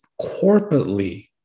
corporately